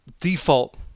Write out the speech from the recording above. default